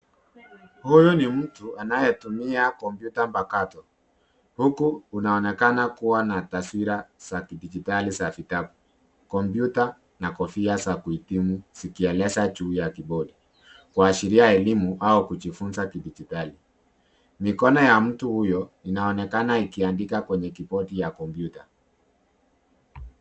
Huyu ni mtu anayetumia kompyuta pakato, huku unaonekana kuwa na taswira za kidigitali za vitabu kupyuta na kofia za kuhitumu za zikieleza juu ya kibodi za kuashiria ya elimu au kujifunza kidigitali. Mkono ya mtu huyu inaonekana ikiandika kwenye kibodi ya kompyuta.